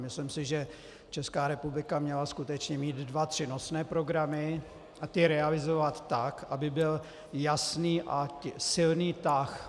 Myslím si, že Česká republika měla skutečně mít dva tři nosné programy a realizovat je tak, aby byl jasný a silný tah.